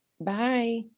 bye